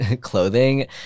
clothing